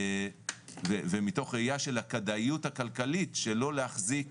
ומתוך ראייה של הכדאיות הכלכלית שלא להחזיק